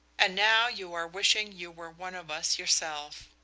and now you are wishing you were one of us yourself.